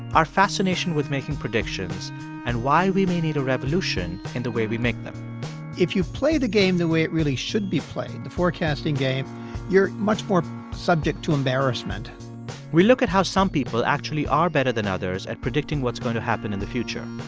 our fascination with making predictions and why we may need a revolution in the way we make them if you play the game the way it really should be played the forecasting game you're much more subject to embarrassment we look at how some people actually are better than others at predicting what's going to happen in the future.